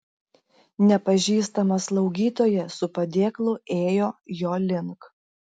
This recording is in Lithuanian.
nepažįstama slaugytoja su padėklu ėjo jo link